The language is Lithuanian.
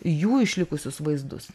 jų išlikusius vaizdus